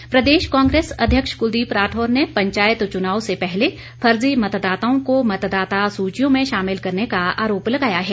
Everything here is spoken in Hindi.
राठौर प्रदेश कांग्रेस अध्यक्ष कुलदीप राठौर ने पंचायत चुनाव से पहले फर्जी मतदाताओं को मतदाता सूचियों में शामिल करने का आरोप लगाया है